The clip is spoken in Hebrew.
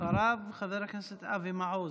אחריו, חבר הכנסת אבי מעוז.